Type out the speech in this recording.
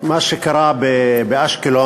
מה שקרה באשקלון